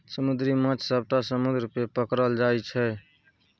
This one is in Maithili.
समुद्री माछ सबटा समुद्र मे पकरल जाइ छै